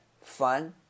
fun